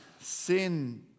sin